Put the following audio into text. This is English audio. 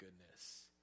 goodness